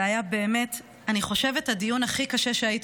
אני חושבת שזה היה הדיון הכי קשה שהייתי